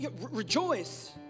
Rejoice